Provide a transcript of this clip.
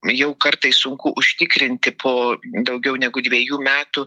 jau kartais sunku užtikrinti po daugiau negu dvejų metų